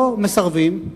לא מסרבים,